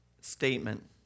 statement